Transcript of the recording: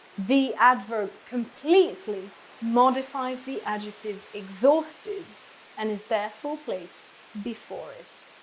the adverb completely modifies the adjective exhausted and is therefore placed before it.